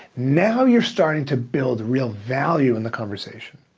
now you're starting to build real value in the conversation.